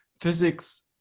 Physics